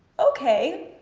okay,